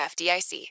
FDIC